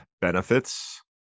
benefits